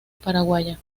paraguaya